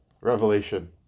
revelation